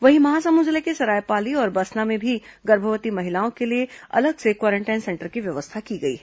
वहीं महासमुंद जिले के सरायपाली और बसना में भी गर्भवती महिलाओं के लिए अलग से क्वारेंटाइन सेंटर की व्यवस्था की गई है